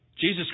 Jesus